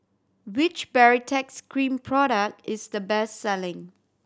which Baritex Cream product is the best selling